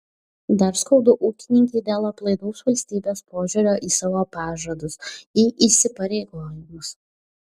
dar skaudu ūkininkei dėl aplaidaus valstybės požiūrio į savo pažadus į įsipareigojimus